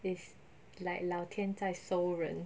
is like 老天在收人